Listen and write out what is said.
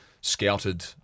scouted